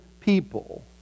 people